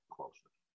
Closer